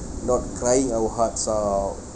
not crying our hearts out